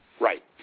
Right